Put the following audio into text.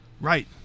Right